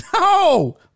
No